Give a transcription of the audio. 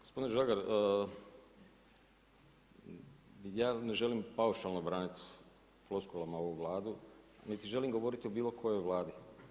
Gospodine Žagar, ja ne želim paušalno braniti floskulama ovu Vladu niti želim govoriti o bilo kojoj Vladi.